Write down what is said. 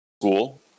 school